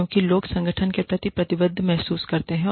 क्योंकि लोग संगठन के प्रति प्रतिबद्ध महसूस करते हैं